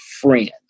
friend